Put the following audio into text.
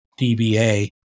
dBA